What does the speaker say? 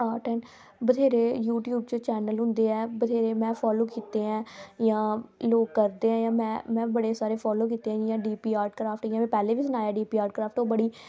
बथ्हेरे यूट्यूब उप्पर चैनल होंदे ऐ जिनेंगी में फॉलो कीते दा ऐ जां लोक करदे ऐं में बड़े सारे फॉलो कीते दे जियां डीपीआर क्रॉफ्ट में पैह्लें बी सनाया डीपीआर क्रॉफ्ट